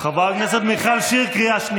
חברת הכנסת מיכל שיר, קריאה ראשונה.